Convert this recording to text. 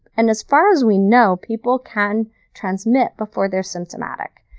and as far as we know, people can transmit before they're symptomatic.